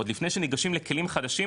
עוד לפני שנגשים לכלים חדשים,